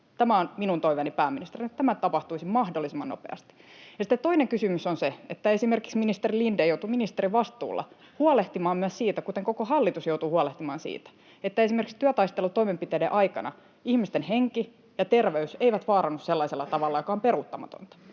On minun toiveeni pääministerinä, että tämä tapahtuisi mahdollisimman nopeasti. Ja sitten toinen kysymys on se, että esimerkiksi ministeri Lindén joutuu ministerin vastuulla huolehtimaan, kuten koko hallitus joutuu huolehtimaan, myös että esimerkiksi työtaistelutoimenpiteiden aikana ihmisten henki ja terveys eivät vaarannu sellaisella tavalla, joka on peruuttamatonta.